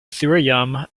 thirayum